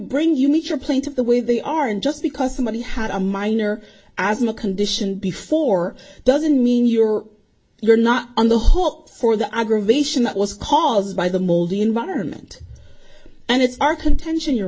bring you need your plaintiff the way they are and just because somebody had a minor asthma condition before doesn't mean you're you're not on the hook for the aggravation that was caused by the moldy environment and it's our contention your